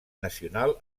nacional